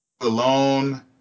alone